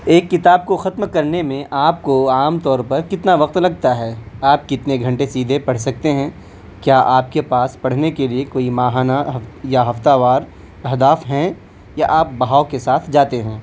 ایک کتاب کو ختم کرنے میں آپ کو عام طور پر کتنا وقت لگتا ہے آپ کتنے گھنٹے سیدھے پڑھ سکتے ہیں کیا آپ کے پاس پڑھنے کے لیے کوئی ماہانہ یا ہفتہ وار اہداف ہیں یا آپ بہاؤ کے ساتھ جاتے ہیں